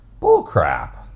bullcrap